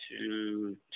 two